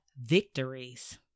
victories